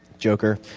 joker.